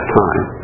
time